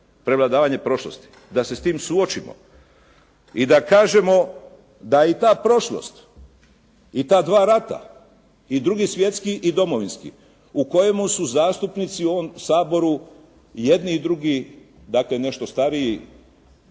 „prevladavanje prošlosti“, da se sa time suočimo. I da kažemo da i ta prošlost i da dva rata i II. Svjetski i Domovinski, u kojemu su zastupnici u ovom Saboru i jedni i drugi, dakle, nešto stariji